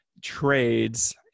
trades